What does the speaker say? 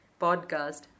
podcast